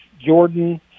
Jordan